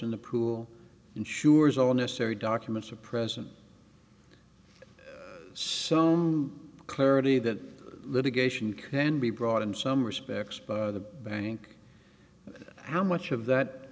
and the pool ensures all necessary documents are present some clarity that litigation can be brought in some respects by the bank how much of that